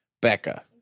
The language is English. Becca